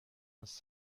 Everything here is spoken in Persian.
است